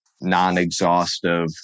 non-exhaustive